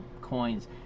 coins